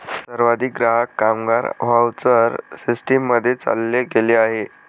सर्वाधिक ग्राहक, कामगार व्हाउचर सिस्टीम मध्ये चालले गेले आहे